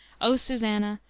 o susanna,